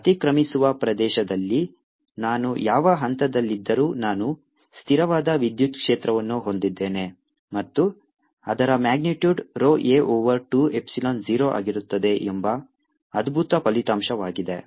ಅತಿಕ್ರಮಿಸುವ ಪ್ರದೇಶದಲ್ಲಿ ನಾನು ಯಾವ ಹಂತದಲ್ಲಿದ್ದರೂ ನಾನು ಸ್ಥಿರವಾದ ವಿದ್ಯುತ್ ಕ್ಷೇತ್ರವನ್ನು ಹೊಂದಿದ್ದೇನೆ ಮತ್ತು ಅದರ magnitude rho a over 2 epsilon 0 ಆಗಿರುತ್ತದೆ ಎಂಬ ಅದ್ಭುತ ಫಲಿತಾಂಶವಾಗಿದೆ